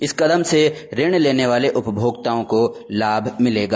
इस कदम से ऋण लेने वाले उपभोक्ताओं को लाभ मिलेगा